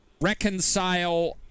reconcile